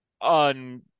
on